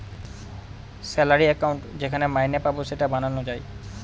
salary account যেখানে মাইনে পাবো সেটা বানানো যায়